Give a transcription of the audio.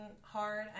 hard